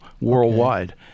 worldwide